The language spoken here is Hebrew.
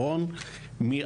רון,